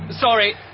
Sorry